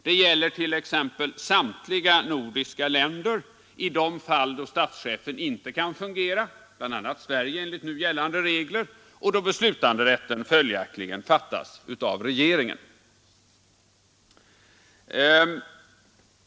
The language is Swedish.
Det gäller t.ex. i samtliga nordiska länder i de fall då statschefen inte kan fungera — bl.a. i Sverige enligt nu gällande regler — och då besluten följaktligen fattas av regeringen.